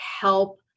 help